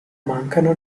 mancano